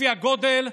לפי הגודל,